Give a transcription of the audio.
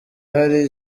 hari